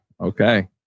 Okay